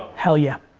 hell yeah.